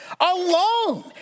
alone